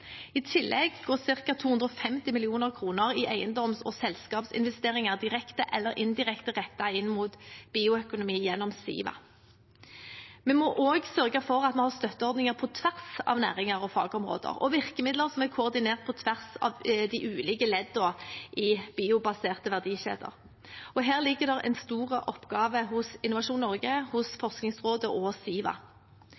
I tillegg går ca. 250 mill. kr i eiendoms- og selskapsinvesteringer direkte eller indirekte rettet inn mot bioøkonomi gjennom Siva. Vi må også sørge for at vi har støtteordninger på tvers av næringer og fagområder og virkemidler som er koordinert på tvers av de ulike leddene i biobaserte verdikjeder. Her ligger det en stor oppgave hos Innovasjon Norge, hos